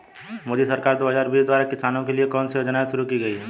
मोदी सरकार दो हज़ार बीस द्वारा किसानों के लिए कौन सी योजनाएं शुरू की गई हैं?